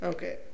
Okay